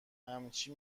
همچی